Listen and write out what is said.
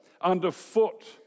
underfoot